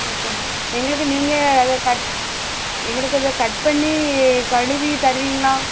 நூற்றம்பது எங்களுக்கு நீங்கள் அதை கட் எங்களுக்கு அதை கட் பண்ணி கழுவி தருவீங்களா